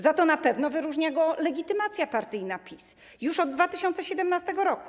Za to na pewno wyróżnia go legitymacja partyjna PiS, już od 2017 r.